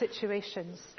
situations